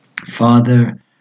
father